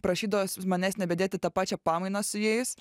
prašydavos manęs nebedėt į tą pačią pamainą su jais